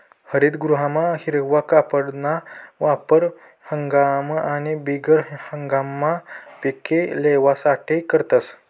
हरितगृहमा हिरवा कापडना वापर हंगाम आणि बिगर हंगाममा पिके लेवासाठे करतस